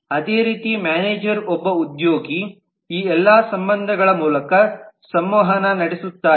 ಅದೇ ರೀತಿ ಮ್ಯಾನೇಜರ್ ಒಬ್ಬ ಉದ್ಯೋಗಿ ಈ ಎಲ್ಲ ಸಂಬಂಧಗಳ ಮೂಲಕ ಸಂವಹನ ನಡೆಸುತ್ತಾರೆ